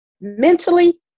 mentally